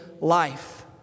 life